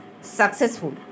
successful